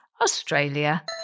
Australia